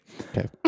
Okay